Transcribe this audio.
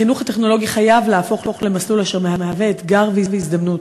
החינוך הטכנולוגי חייב להפוך למסלול אשר מהווה אתגר והזדמנות